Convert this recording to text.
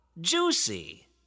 Juicy